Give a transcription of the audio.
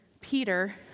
Peter